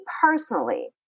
personally